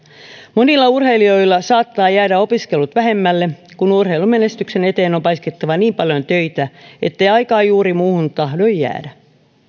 monilla urheilijoilla saattaa jäädä opiskelut vähemmälle kun urheilumenestyksen eteen on paiskittava niin paljon töitä ettei aikaa juuri muuhun tahdo jäädä